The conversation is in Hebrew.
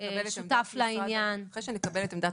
שותף לעניין --- אחרי שנקבל את עמדת